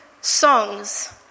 songs